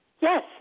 Yes